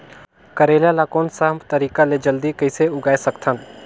करेला ला कोन सा तरीका ले जल्दी कइसे उगाय सकथन?